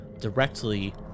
directly